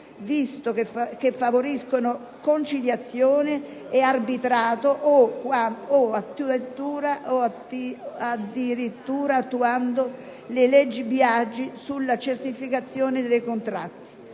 visto che favoriscono conciliazioni e arbitrati o addirittura attuano la legge Biagi sulla certificazione dei contratti.